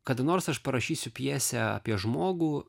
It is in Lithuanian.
kada nors aš parašysiu pjesę apie žmogų